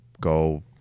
go